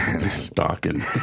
Stalking